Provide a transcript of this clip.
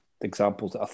examples